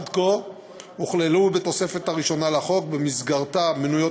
עד כה הוכללו בתוספת הראשונה לחוק שבמסגרתה מנויות